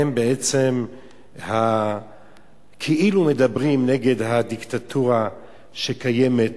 הם בעצם כאילו מדברים נגד הדיקטטורה שקיימת